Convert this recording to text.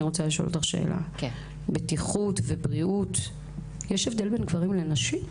אני רוצה לשאול אותך שאלה: בבטיחות ובריאות יש הבדל בין גברים לנשים?